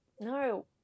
no